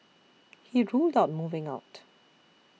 he ruled out moving out